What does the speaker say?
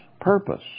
purpose